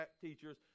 teachers